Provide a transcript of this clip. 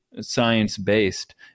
science-based